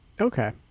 Okay